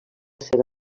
seva